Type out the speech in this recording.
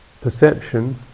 perception